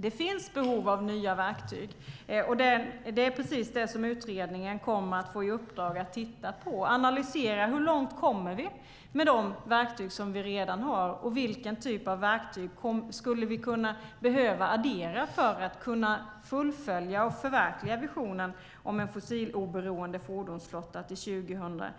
Det finns behov av nya verktyg, och det som utredningen kommer att få i uppdrag är att titta på och analysera hur långt vi kommer med de verktyg som vi redan har och vilken typ av verktyg vi skulle behöva addera för att kunna fullfölja och förverkliga visionen om en fossiloberoende fordonsflotta till 2030.